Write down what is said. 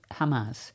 Hamas